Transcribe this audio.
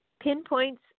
Pinpoints